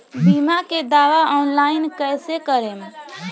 बीमा के दावा ऑनलाइन कैसे करेम?